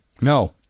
No